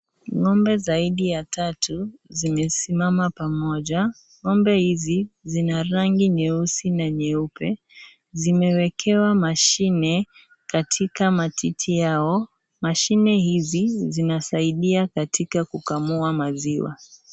Ngombe zaidi ya tatu zimesimama pamoja ngombe hizi zina rangi nyeusi na nyeupe zimewekewa mashine katika matiti yao, mashine hizi zinasaidia katika kukamua maziwa .